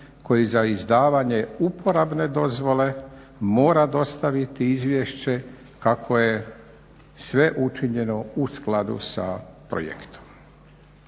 koji za izdavanje uporabne dozvole mora dostaviti izvješće kako je sve učinjeno u skladu sa projektom.